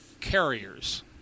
carriers